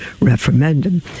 referendum